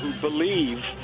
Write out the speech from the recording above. believe